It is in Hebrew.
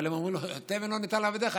אבל הם אומרים: תבן לא ניתן לעבדיך,